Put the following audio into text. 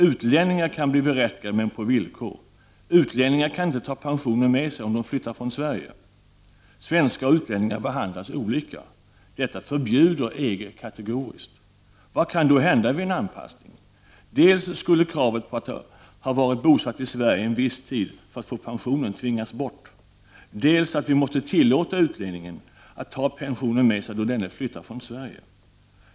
Utlänningar blir berättigade, men på villkor. Utlänningar kan inte ta pensionen med sig om de flyttar från Sverige. Svenskar och utlänningar behandlas olika. Detta förbjuder EG kategoriskt. Vad kan då hända vid en anpassning? Dels skulle kravet på att ha varit bosatt i Sverige en viss tid för att få pensionen tvingas bort, dels måste vi tillåta utlänningar att ta pensionen med sig då de flyttar från Sverige.